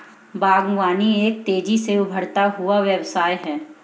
बागवानी एक तेज़ी से उभरता हुआ व्यवसाय है